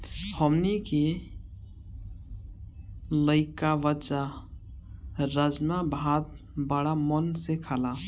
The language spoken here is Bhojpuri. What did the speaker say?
हमनी के लइका बच्चा राजमा भात बाड़ा मन से खाला